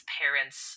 parents